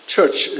Church